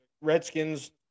Redskins